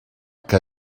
que